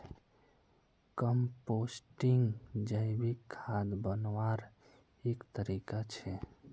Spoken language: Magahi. कम्पोस्टिंग जैविक खाद बन्वार एक तरीका छे